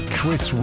Chris